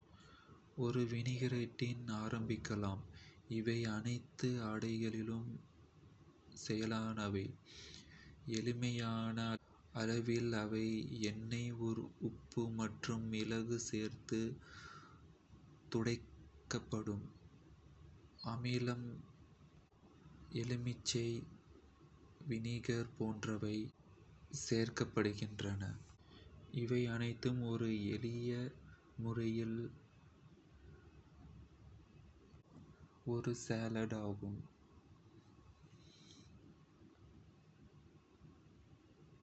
ஒரு வினிகிரெட்டுடன் ஆரம்பிக்கலாம். இவை அனைத்து ஆடைகளிலும் லேசானவை. எளிமையான அளவில் அவை எண்ணெய் உப்பு மற்றும் மிளகு சேர்த்து துடைக்கப்படும் அமிலம் எலுமிச்சை, எலுமிச்சை, வினிகர் போன்றவை